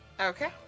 Okay